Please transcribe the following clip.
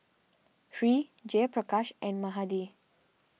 Hri Jayaprakash and Mahade